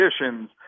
conditions